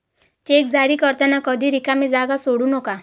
check जारी करताना कधीही रिकामी जागा सोडू नका